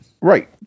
Right